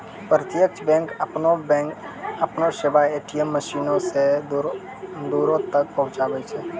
प्रत्यक्ष बैंक अपनो सेबा ए.टी.एम मशीनो से दूरो तक पहुचाबै छै